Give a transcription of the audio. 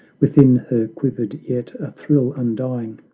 within her quivered yet a thrill undying,